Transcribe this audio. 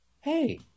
Hey